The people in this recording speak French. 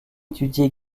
étudié